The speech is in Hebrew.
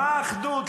מה אחדות?